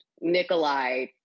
Nikolai